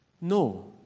no